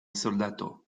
soldato